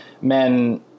men